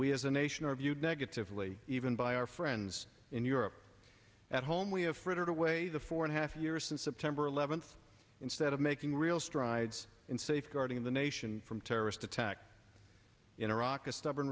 we as a nation are viewed negatively even by our friends in europe at home we have frittered away the four and a half years since september eleventh instead of making real strides in safeguarding the nation from terrorist attack in iraq a stubborn